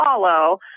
follow